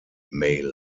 mail